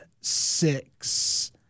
six